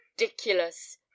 Ridiculous